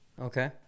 Okay